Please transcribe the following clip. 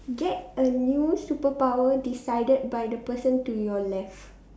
get a new superpower decided by the person to your left